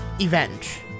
event